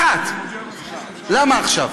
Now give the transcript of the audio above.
אחת: למה עכשיו?